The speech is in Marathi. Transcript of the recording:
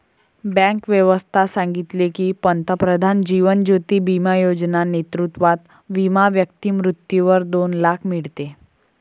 बँक व्यवस्था सांगितले की, पंतप्रधान जीवन ज्योती बिमा योजना नेतृत्वात विमा व्यक्ती मृत्यूवर दोन लाख मीडते